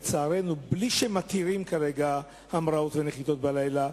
בלי שמתירים כרגע המראות ונחיתות בלילה,